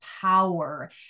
power